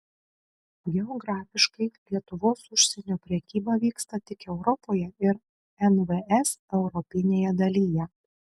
geografiškai lietuvos užsienio prekyba vyksta tik europoje ir nvs europinėje dalyje